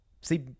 see